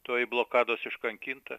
toji blokados iškankinta